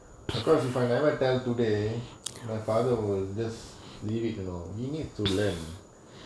because if I never tell today my father will just leave it you know he need to learn